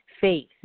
faith